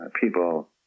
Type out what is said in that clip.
people